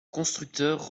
constructeur